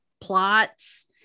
plots